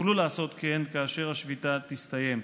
יוכלו לעשות כן כאשר השביתה תסתיים.